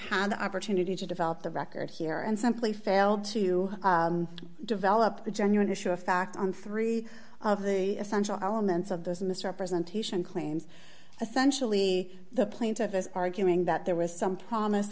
have the opportunity to develop the record here and simply failed to develop a genuine issue of fact on three of the essential elements of this misrepresentation claims essentially the plaintiff is arguing that there was some